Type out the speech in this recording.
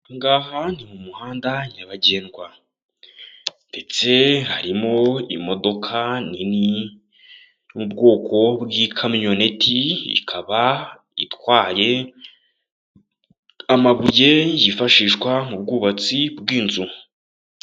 Aha ngaha ni mu muhanda nyabagendwa ndetse harimo imodoka nini yo mu bwoko bw'ikamyoneti, ikaba itwaye amabuye yifashishwa mu bwubatsi bw'inzu.